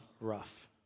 Rough